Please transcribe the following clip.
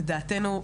שלדעתנו,